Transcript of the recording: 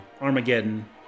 Armageddon